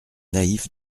naïf